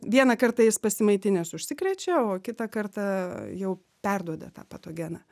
vieną kartą jis pasimaitinęs užsikrečia o kitą kartą jau perduoda tą patogeną